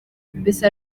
mbese